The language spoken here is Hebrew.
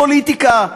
פוליטיקה.